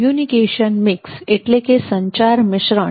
communication mix સંચાર મિશ્રણ